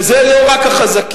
וזה לא רק החזקים,